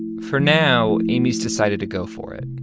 and for now amy's decided to go for it,